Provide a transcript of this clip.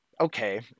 okay